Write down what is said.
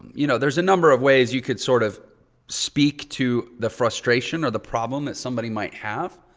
you know, there's a number of ways you could sort of speak to the frustration or the problem that somebody might have.